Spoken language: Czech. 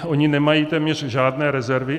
Oni nemají téměř žádné rezervy.